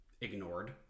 ignored